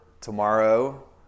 tomorrow